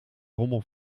rommel